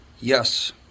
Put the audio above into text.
Yes